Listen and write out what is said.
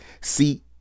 See